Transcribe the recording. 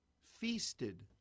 feasted